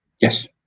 Yes